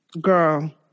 girl